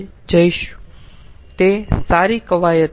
તે સારી કવાયત હશે